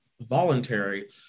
voluntary